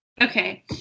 okay